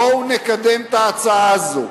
בואו נקדם את ההצעה הזו.